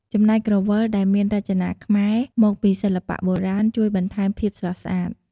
ចំណែកក្រវិលដែលមានរចនាខ្មែរមកពីសិល្បៈបុរាណជួយបន្ថែមភាពស្រស់ស្អាត។